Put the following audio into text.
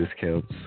discounts